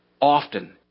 often